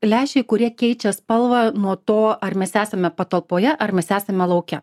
lęšiai kurie keičia spalvą nuo to ar mes esame patalpoje ar mes esame lauke